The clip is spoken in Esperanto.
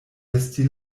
esti